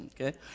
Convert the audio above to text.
Okay